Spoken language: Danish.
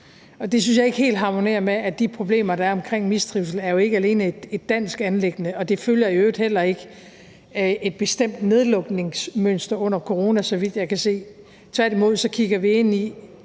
Det synes jeg ikke helt harmonerer med, at de problemer, der er omkring mistrivsel, jo ikke alene er et dansk anliggende. Det følger i øvrigt heller ikke et bestemt nedlukningsmønster under corona, så vidt jeg kan se. Tværtimod kigger vi ind i,